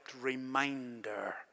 reminder